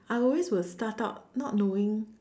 I always will start out not knowing